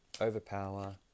Overpower